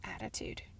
attitude